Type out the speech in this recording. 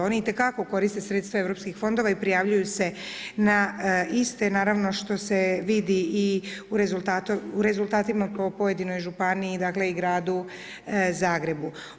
Oni itekako koriste sredstva europskih fondova i prijavljuju se na iste naravno što se vidi i u rezultatima po pojedinoj županiji dakle i Gradu Zagrebu.